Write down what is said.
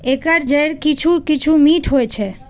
एकर जड़ि किछु किछु मीठ होइ छै